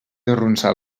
arronsar